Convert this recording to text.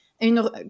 une